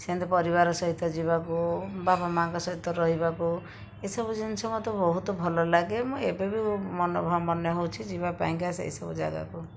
ସେମିତି ପରିବାର ସହିତ ଯିବାକୁ ବାପାମାଆଙ୍କ ସହିତ ରହିବାକୁ ଏସବୁ ଜିନିଷ ମୋତେ ବହୁତ ଭଲ ଲାଗେ ମୁଁ ଏବେ ବି ମନେ ହେଉଛି ଯିବାପାଇଁକା ସେଇ ସବୁ ଜାଗାକୁ